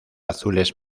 azules